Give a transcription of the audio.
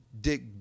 dick